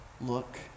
look